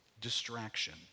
distraction